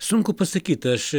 sunku pasakyt aš